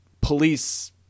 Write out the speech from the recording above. police